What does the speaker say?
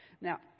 Now